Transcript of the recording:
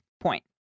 point